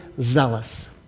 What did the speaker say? zealous